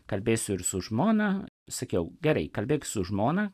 kalbėsiu ir su žmona sakiau gerai kalbėk su žmona